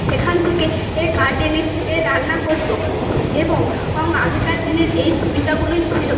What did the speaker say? সেখান থেকে এ কাঠ এনে এ রান্না করত এবং আগেকার দিনের এই সুবিধাগুলোই ছিল